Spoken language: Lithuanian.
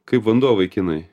kaip vanduo vaikinai